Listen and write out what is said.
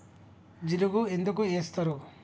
జిలుగు ఎందుకు ఏస్తరు?